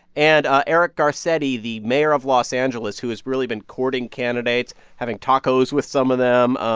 and ah eric garcetti, the mayor of los angeles who has really been courting candidates, having tacos with some of them,